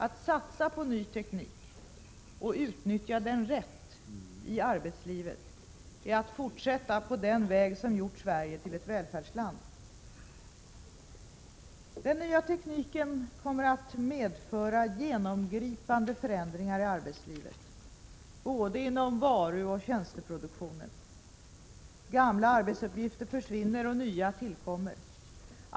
Att satsa på ny teknik och utnyttja den rätt i arbetslivet är att fortsätta på den väg som gjort Sverige till ett välfärdsland. Den nya tekniken kommer att medföra genomgripande förändringar i arbetslivet, inom både varuoch tjänsteproduktion. Gamla arbetsuppgifter försvinner och nya tillkommer.